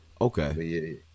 Okay